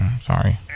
sorry